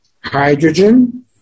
Hydrogen